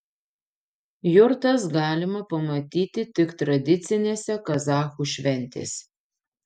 jurtas galima pamatyti tik tradicinėse kazachų šventėse